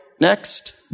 next